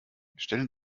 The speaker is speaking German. stellen